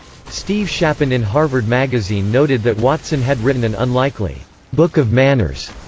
steve shapin in harvard magazine noted that watson had written an unlikely book of manners,